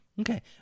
Okay